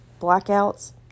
blackouts